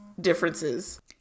differences